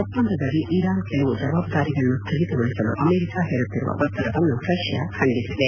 ಒಪ್ಪಂದದಡಿ Iran ಕೆಲವು ಜವಾಬ್ದಾರಿಗಳನ್ನು ಸ್ಥಗಿತಗೊಳಿಸಲು ಅಮೆರಿಕಾ ಹೇರುತ್ತಿರುವ ಒತ್ತಡವನ್ನು ರಷ್ಯಾ ಖಂಡಿಸಿದೆ